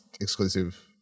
exclusive